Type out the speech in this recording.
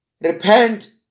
repent